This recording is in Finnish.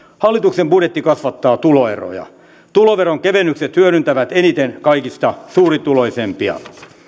hallituksen budjetti kasvattaa tuloeroja tuloveron kevennykset hyödyttävät eniten kaikista suurituloisimpia